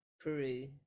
Peru